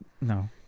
no